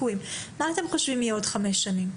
מה אתם חושבים שיהיה עוד חמש שנים?